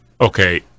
okay